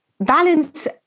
balance